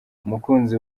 umukunzi